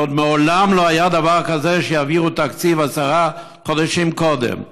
ועוד מעולם לא היה דבר כזה שהעבירו תקציב עשרה חודשים קודם.